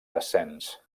descens